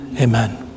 Amen